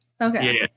Okay